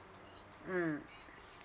mm